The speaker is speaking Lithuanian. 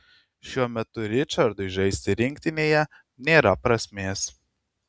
šiuo metu ričardui žaisti rinktinėje nėra prasmės